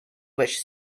which